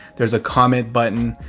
there's a comment button,